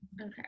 okay